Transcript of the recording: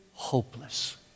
Hopeless